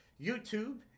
YouTube